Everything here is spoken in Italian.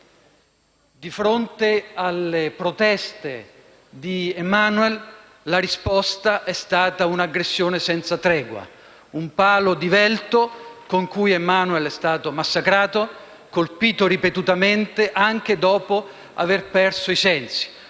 Di fronte alle proteste di Emmanuel, la risposta è stata un'aggressione senza tregua: con un palo divelto Emmanuel è stato massacrato, colpito ripetutamente anche dopo aver perso i sensi,